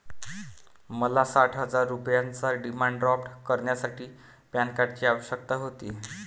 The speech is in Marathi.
मला साठ हजार रुपयांचा डिमांड ड्राफ्ट करण्यासाठी पॅन कार्डची आवश्यकता होती